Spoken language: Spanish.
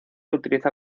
utiliza